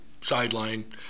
sideline